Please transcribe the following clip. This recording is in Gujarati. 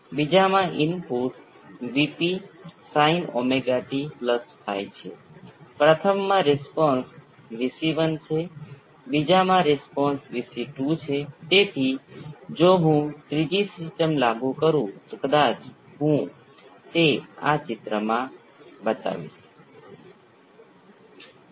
હવે ચાલો આપણે બીજા પ્રકારની સર્કિટ જોઈએ અને ચાલો હું ફરીથી 0 તરીકે સેટ કરું અને મને વિકલન સમીકરણ મળશે જે LC ગુણ્યા V c L નું બીજું વિકલન બાય આર ગુણ્યા V c V c નું પ્રથમ વિકલન છે જે 0 છે અને બીજી રીતે તેને સામાન્ય બનાવીએ છીએ